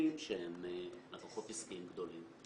שירותים שהם לקוחות עסקיים גדולים.